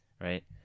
right